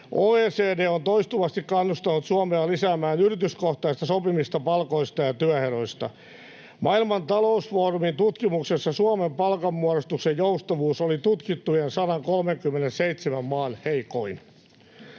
OECD on toistuvasti kannustanut Suomea lisäämään yrityskohtaista sopimista palkoista ja työehdoista. Maailman talousfoorumin tutkimuksessa Suomen palkanmuodostuksen joustavuus oli tutkittujen 137 maan heikoin.